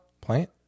Plant